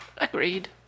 agreed